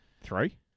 Three